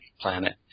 Planet